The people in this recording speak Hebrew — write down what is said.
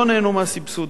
לא נהנו מהסבסוד.